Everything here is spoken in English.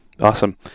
Awesome